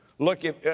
look it, ah,